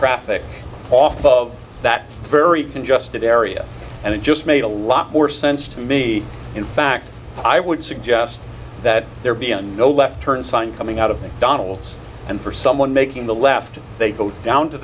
traffic off of that very congested area and it just made a lot more sense to me in fact i would suggest that there be a no left turn sign coming out of that donal's and for someone making the left they go down to